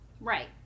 Right